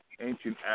ancient